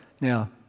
now